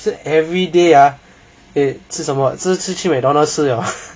吃 every day ah eh 吃什么就去吃 Mcdonald 吃 liao